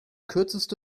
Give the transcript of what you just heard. kürzeste